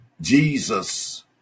jesus